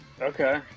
Okay